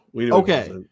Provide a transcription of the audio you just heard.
Okay